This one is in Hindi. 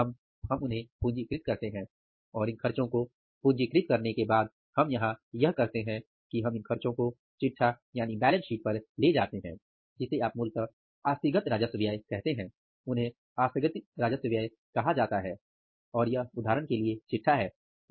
हम हम उन्हें पूंजीकृत करते हैं और इन खर्चों को पूंजीकृत करने के लिए हम यहां यह करते हैं कि हम इन खर्चों को चिटठा बैलेंस शीट पर ले जाते हैं जिसे आप मूलतः आस्थगित राजस्व व्यय कहते हैं1 उन्हें आस्थगित राजस्व व्यय कहा जाता है और यह उदाहरण के लिए चिटठा बैलेंस शीट हैं